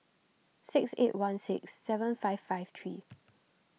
six eight one six seven five five three